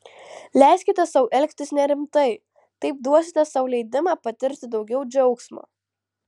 leiskite sau elgtis nerimtai taip duosite sau leidimą patirti daugiau džiaugsmo